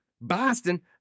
Boston